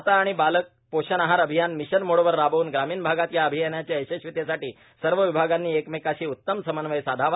माता आणि बालक पोषण आहार अभियान मिशन मोडवर राबवून ग्रामीण भागात या अभियानाच्या यशस्वितेसाठी सर्व विभागांनी एकमेकांशी उतम समन्वय साधावा